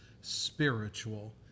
spiritual